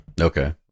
Okay